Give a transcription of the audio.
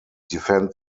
defend